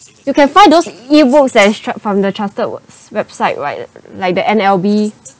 you can find those e-books that instruct from the chartered w~ website right like the N_L_B